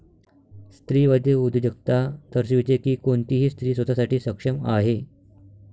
स्त्रीवादी उद्योजकता दर्शविते की कोणतीही स्त्री स्वतः साठी सक्षम आहे